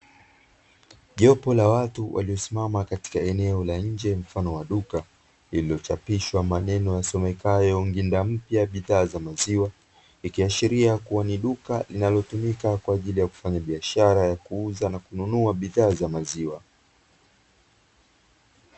Jopo la watu waliosimama eneo la nche mfano wa duka limechapishwa maneno yasomekayo nginda mpya bidhaa za maziwa ikihashiria ni duka linalotumika kuuza bidhaa za maziwa